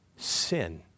Sin